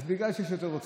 אז בגלל שיש יותר רוצחים.